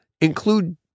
include